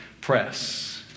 press